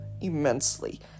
immensely